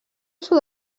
sud